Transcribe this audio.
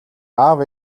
аав